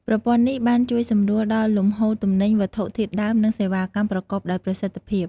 ប្រព័ន្ធនេះបានជួយសម្រួលដល់លំហូរទំនិញ វត្ថុធាតុដើម និងសេវាកម្មប្រកបដោយប្រសិទ្ធភាព។